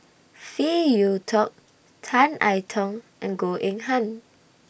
Phey Yew Kok Tan I Tong and Goh Eng Han